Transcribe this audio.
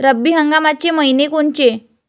रब्बी हंगामाचे मइने कोनचे?